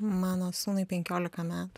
mano sūnui penkiolika metų